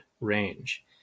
range